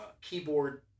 keyboard